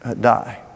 die